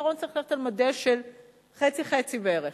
שבעיקרון צריך ללכת על מודל של חצי-חצי בערך.